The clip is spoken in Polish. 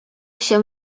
się